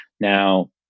Now